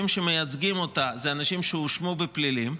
שמייצגים אותה הם אנשים שהואשמו בפלילים,